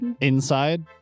Inside